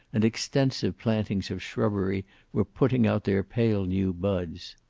and extensive plantings of shrubbery were putting out their pale new buds.